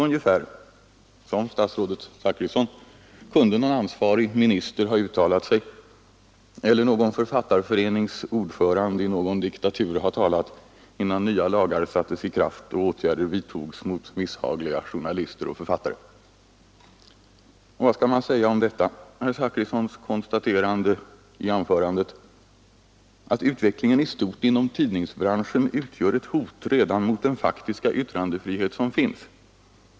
Ungefär så som statsrådet Zachrisson kunde någon ansvarig minister ha uttalat sig — eller någon författarförenings ordförande i någon diktatur ha talat — innan nya lagar satts i kraft och återgärder vidtogs mot misshagliga journalister och författare. Och vad skall man säga om herr Zachrissons konstaterande i det citerade anförandet, ”att utvecklingen i stort inom tidningsbranschen utgör ett hot redan mot den faktiska yttrandefriheten som finns”?